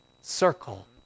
circle